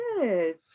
good